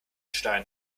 stein